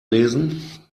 lesen